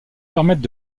permettre